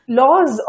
laws